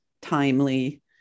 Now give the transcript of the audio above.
timely